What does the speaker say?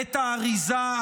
בית האריזה,